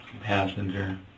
passenger